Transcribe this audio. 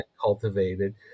cultivated